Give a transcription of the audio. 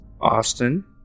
Austin